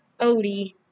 Odie